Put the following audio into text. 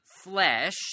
flesh